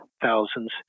thousands